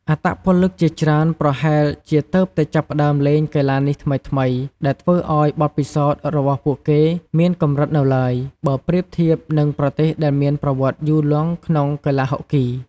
អត្តពលិកជាច្រើនប្រហែលជាទើបតែចាប់ផ្តើមលេងកីឡានេះថ្មីៗ ដែលធ្វើឲ្យបទពិសោធន៍របស់ពួកគេមានកម្រិតនៅឡើយ បើប្រៀបធៀបនឹងប្រទេសដែលមានប្រវត្តិយូរលង់ក្នុងកីឡាហុកគី។